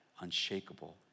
unshakable